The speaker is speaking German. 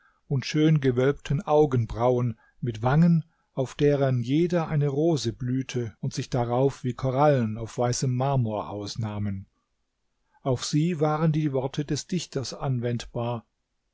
und schön gewölbten augenbrauen mit wangen auf deren jeder eine rose blühte und sich darauf wie korallen auf weißem marmor ausnahmen auf sie waren die worte des dichters anwendbar